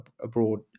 abroad